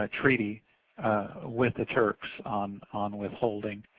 ah treaty with the turks on on withholding,